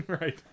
Right